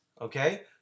okay